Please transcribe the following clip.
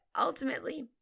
ultimately